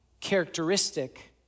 characteristic